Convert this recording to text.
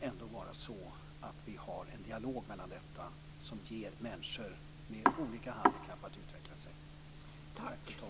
Vi måste föra en dialog om detta och ge människor med olika handikapp möjligheter att utvecklas.